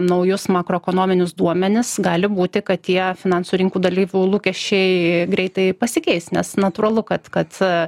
naujus makroekonominius duomenis gali būti kad tie finansų rinkų dalyvių lūkesčiai greitai pasikeis nes natūralu kad kad